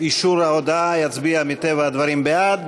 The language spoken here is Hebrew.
אישור ההודעה יצביע מטבע הדברים בעד,